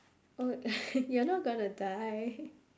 oh you're not gonna die